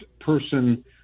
person